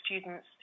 students